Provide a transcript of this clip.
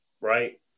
Right